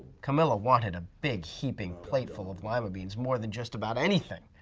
camilla wanted a big heaping plate full of lima beans more than just about anything,